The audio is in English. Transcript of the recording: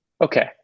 Okay